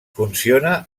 funciona